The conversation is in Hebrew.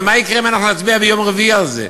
ומה יקרה אם נצביע ביום רביעי על זה?